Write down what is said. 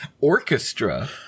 Orchestra